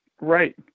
Right